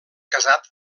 casat